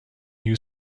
new